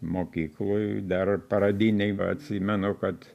mokykloj dar pradinėj va atsimenu kad